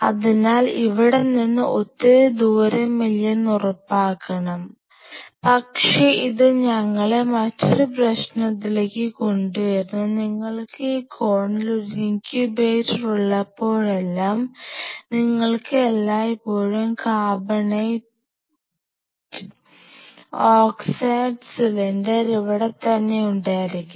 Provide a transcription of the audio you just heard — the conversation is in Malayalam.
അതിനാൽ ഇവിടെ നിന്ന് ഒത്തിരി ദൂരമില്ലെന്നുറപ്പാക്കണം പക്ഷേ ഇത് ഞങ്ങളെ മറ്റൊരു പ്രശ്നത്തിലേക്ക് കൊണ്ടുവരുന്നു നിങ്ങൾക്ക് ഈ കോണിൽ ഒരു ഇൻകുബേറ്റർ ഉള്ളപ്പോഴെല്ലാം നിങ്ങൾക്ക് എല്ലായ്പ്പോഴും കാർബണേറ്റ് ഓക്സൈഡ് സിലിണ്ടർ ഇവിടെ തന്നെ ഉണ്ടായിരിക്കണം